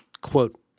quote